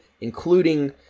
including